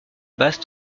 basse